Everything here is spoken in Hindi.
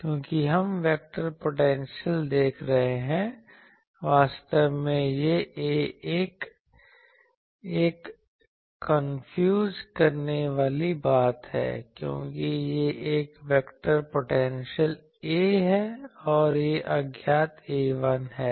क्योंकि हम वेक्टर पोटेंशियल देख रहे हैं वास्तव में यह A1 एक कन्फ्यूज करने वाली बात है क्योंकि यह एक वेक्टर पोटेंशियल A है और यह अज्ञात A1 है